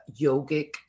yogic